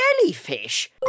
Jellyfish